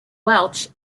welch